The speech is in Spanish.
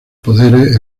poderes